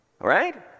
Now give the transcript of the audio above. Right